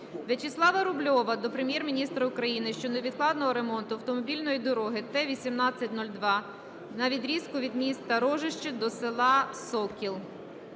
Вячеслава Рубльова до Прем'єр-міністра України щодо невідкладного ремонту автомобільної дороги Т-18-02 на відрізку від міста Рожище до села Сокіл.